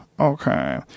Okay